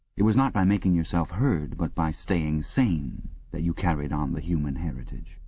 it was not by making yourself heard but by staying sane that you carried on the human heritage.